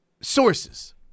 sources